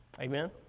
Amen